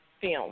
film